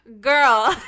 Girl